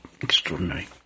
Extraordinary